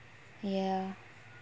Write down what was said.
ya